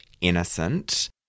innocent